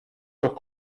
noch